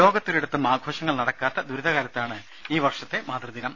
ലോകത്തൊരിടത്തും ആഘോഷങ്ങൾ നടക്കാത്ത ദുരിതകാലത്താണ് ഈ വർഷത്തെ മാത്യദിനം